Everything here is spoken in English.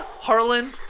Harlan